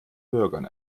bürgern